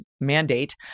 mandate